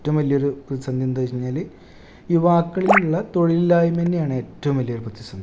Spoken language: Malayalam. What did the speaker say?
ഏറ്റവും വലിയൊരു പ്രതിസന്ധി എന്താന്നു വെച്ചാൽ യുവാക്കളിലുള്ള തൊഴിലില്ലായ്മ തന്നെയാണ് ഏറ്റവും വലിയ പ്രതിസന്ധി